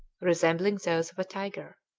resembling those of a tiger.